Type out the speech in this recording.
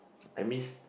I miss